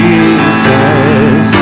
Jesus